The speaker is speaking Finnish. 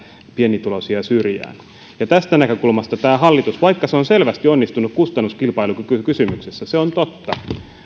pienituloisia syrjään tästä näkökulmasta vaikka hallitus on selvästi onnistunut kustannuskilpailukykykysymyksessä se on totta